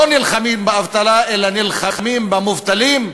נלחמים באבטלה אלא נלחמים במובטלים,